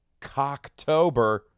cocktober